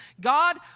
God